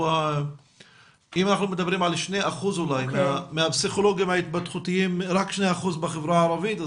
אם אנחנו מדברים על 2% מהפסיכולוגים ההתפתחותיים בחברה הערבית,